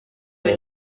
muri